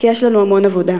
כי יש לנו המון עבודה.